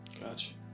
gotcha